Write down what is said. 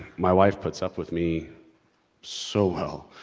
my wife puts up with me so well!